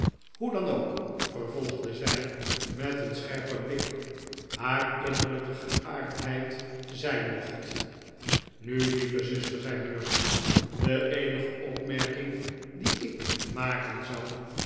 hoe dan ook vervolgde zij met een scherpen blik haar innerlijke geaardheid zijn mocht nu lieve zuster zei mercy de eenige opmerking die ik maken zal